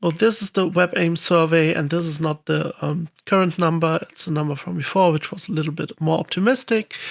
ah this is the webaim survey, and this is not the um current number. it's the number from before, which was a little bit more optimistic,